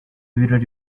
birori